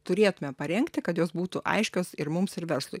turėtume parengti kad jos būtų aiškios ir mums ir verslui